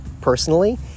Personally